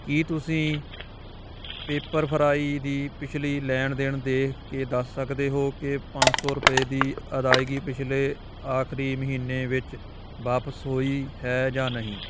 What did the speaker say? ਕੀ ਤੁਸੀਂਂ ਪੇਪਰਫ੍ਰਾਈ ਦੀ ਪਿਛਲੀ ਲੈਣ ਦੇਣ ਦੇਖ ਕੇ ਦੱਸ ਸਕਦੇ ਹੋ ਕਿ ਪੰਜ ਸੌ ਰੁਪਏ ਦੀ ਅਦਾਇਗੀ ਪਿਛਲੇ ਆਖਰੀ ਮਹੀਨੇ ਵਿੱਚ ਵਾਪਿਸ ਹੋਈ ਹੈ ਜਾਂ ਨਹੀਂ